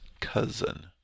cousin